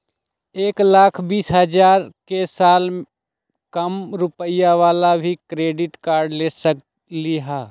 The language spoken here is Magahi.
एक लाख बीस हजार के साल कम रुपयावाला भी क्रेडिट कार्ड ले सकली ह?